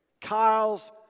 Kyle's